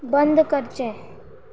बंद करचें